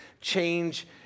change